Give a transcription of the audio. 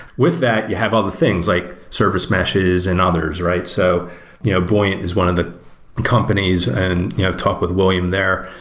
with that, you have other things, like service meshes and others, right? so you know buoyant is one of the companies and i've have talked with william there,